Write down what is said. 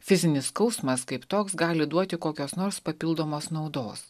fizinis skausmas kaip toks gali duoti kokios nors papildomos naudos